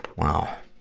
wow.